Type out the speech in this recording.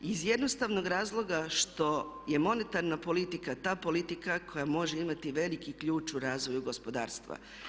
Iz jednostavnog razloga što je monetarna politika ta politika koja može imati veliki ključ u razvoju gospodarstva.